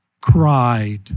cried